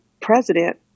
president